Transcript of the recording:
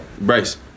Bryce